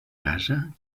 casa